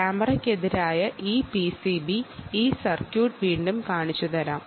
ക്യാമറയ്ക്കു മുന്നിലെ ഈ PCB circuit ഞാൻ ഒന്നു കൂടി കാണിച്ചുതരാം